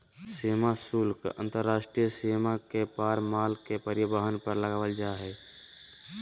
सीमा शुल्क अंतर्राष्ट्रीय सीमा के पार माल के परिवहन पर लगाल जा हइ